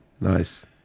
Nice